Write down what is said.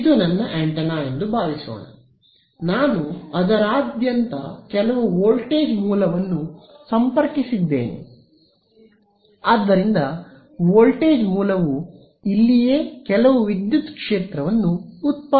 ಇದು ನನ್ನ ಆಂಟೆನಾ ಎಂದು ಭಾವಿಸೋಣ ನಾನು ಅದರಾದ್ಯಂತ ಕೆಲವು ವೋಲ್ಟೇಜ್ ಮೂಲವನ್ನು ಸಂಪರ್ಕಿಸಿದ್ದೇನೆ ಆದ್ದರಿಂದ ವೋಲ್ಟೇಜ್ ಮೂಲವು ಇಲ್ಲಿಯೇ ಕೆಲವು ವಿದ್ಯುತ್ ಕ್ಷೇತ್ರವನ್ನು ಉತ್ಪಾದಿಸಲಿದೆ